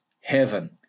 heaven